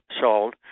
sold